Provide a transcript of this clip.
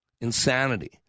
Insanity